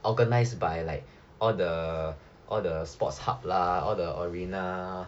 organised by like all the all the sports hub lah all the arena